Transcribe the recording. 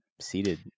Seated